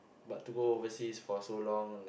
but to go overseas for so long n~